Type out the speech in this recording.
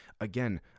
again